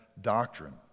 doctrine